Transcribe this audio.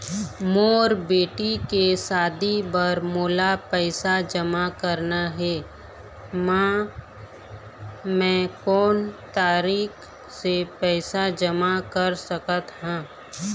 मोर बेटी के शादी बर मोला पैसा जमा करना हे, म मैं कोन तरीका से पैसा जमा कर सकत ह?